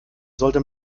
sollte